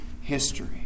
history